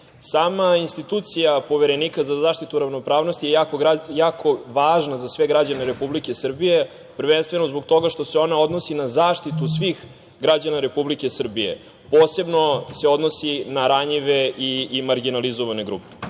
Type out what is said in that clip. institucija Poverenika za zaštitu ravnopravnosti je jako važna za sve građane Republike Srbije, prvenstveno zbog toga što se ona odnosi na zaštitu svih građana Republike Srbije. Posebno se odnosi na ranjive i marginalizovane grupe.